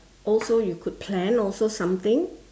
also you could plan also something